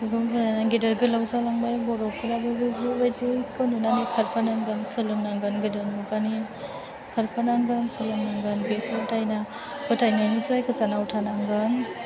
गोबां फरायनानै गेदेर गोलाव जालांबाय बर'फोराबो बेफोरबायदिखौ नुनानै खारफानांगोन सोलोंनांगोन गोदान मुगानि खारफानांगोन सोलोंनांगोन बेफोर दायना फोथायनायनिफ्राय गोजानाव थानांगोन